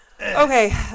Okay